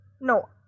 No